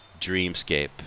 dreamscape